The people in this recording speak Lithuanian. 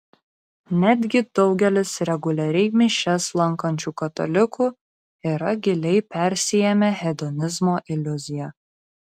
netgi daugelis reguliariai mišias lankančių katalikų yra giliai persiėmę hedonizmo iliuzija